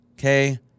Okay